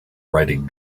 writing